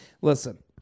listen